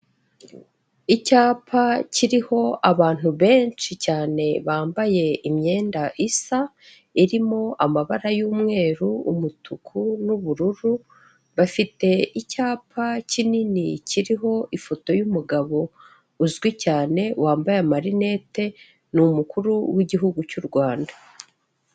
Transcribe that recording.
Icyapa kiriho abantu benshi cyane bambaye imyenda isa irimo amabara y'umweru, umutuku n'ubururu bafite icyapa kinini kiriho ifoto y'umugabo uzwi cyane wambaye amarinete ni umukuru w'igihugu cy'u Rwanda.